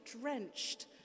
drenched